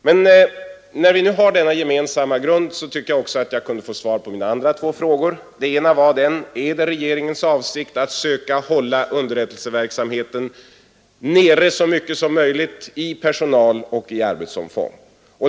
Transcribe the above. Men när vi nu har denna gemensamma grund tycker jag också att jag kunde få svar på mina två andra frågor. Den ena var: Är det regeringens avsikt att söka begränsa underrättelseverksamheten så mycket som möjligt i fråga om personal och arbetsomfång?